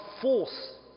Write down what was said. force